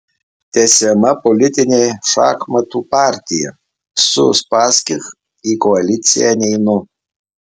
tęsiama politinė šachmatų partija su uspaskich į koaliciją neinu